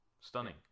stunning